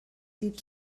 dydd